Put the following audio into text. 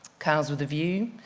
cows with a view.